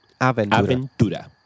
Aventura